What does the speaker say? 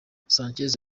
sanchez